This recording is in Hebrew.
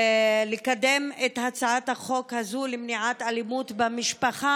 לקדם את הצעת החוק הזו למניעת אלימות במשפחה,